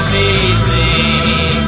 Amazing